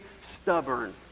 stubborn